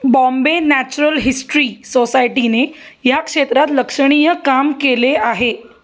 Bombay natural history सोसायटीने या क्षेत्रात लक्षणीय काम केले आहे